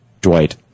Dwight